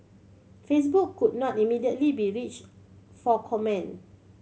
Facebook could not immediately be reached for comment